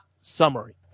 summary